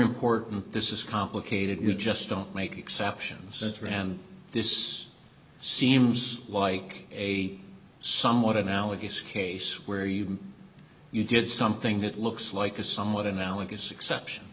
important this is complicated you just don't make exceptions that rand this seems like a somewhat analogous case where you you did something that looks like a somewhat analogous exception